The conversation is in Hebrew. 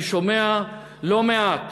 אני שומע לא מעט,